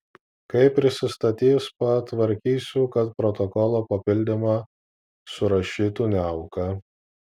kai prisistatys patvarkysiu kad protokolo papildymą surašytų niauka